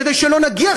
כדי שלא נגיע,